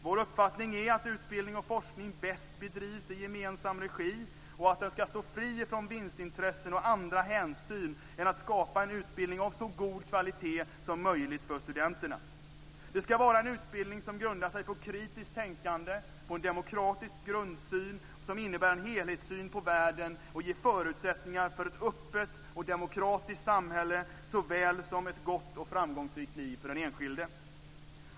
Vår uppfattning är att utbildning och forskning bäst bedrivs i gemensam regi och att de ska stå fria från vinstintressen och andra hänsyn än att skapa en utbildning av så god kvalitet som möjligt för studenterna. Det ska vara en utbildning som grundar sig på kritiskt tänkande och en demokratisk grundsyn som innebär en helhetssyn på världen och ger förutsättningar för ett öppet och demokratiskt samhälle såväl som ett gott och framgångsrikt liv för den enskilde.